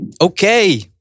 Okay